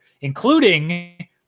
including